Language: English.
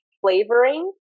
flavoring